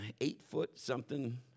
eight-foot-something